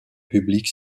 publique